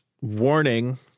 warning